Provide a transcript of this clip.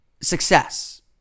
success